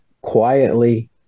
quietly